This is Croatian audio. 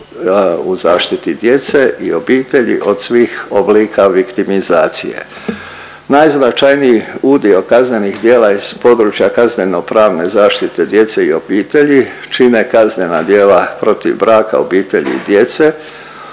u zaštiti djece i obitelji od svih oblika viktimizacije. Najznačajniji udio kaznenih djela iz područja kaznenopravne zaštite djece i obitelji čine kaznena djela protiv braka, obitelji i djece